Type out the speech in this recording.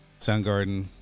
Soundgarden